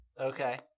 Okay